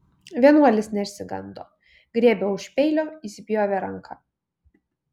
vienuolis neišsigando griebė už peilio įsipjovė ranką